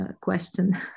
question